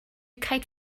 kite